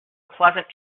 pleasant